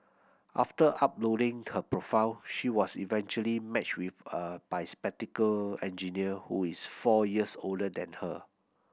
after uploading her profile she was eventually matched with a bespectacled engineer who is four years older than her